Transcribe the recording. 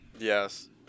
Yes